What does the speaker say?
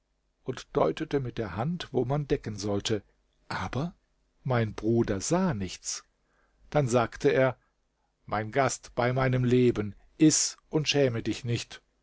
und deutete mit der hand wo man decken sollte aber mein bruder sah nichts dann sagte er mein gast bei meinem leben iß und schäme dich nicht